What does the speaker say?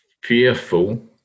fearful